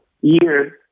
years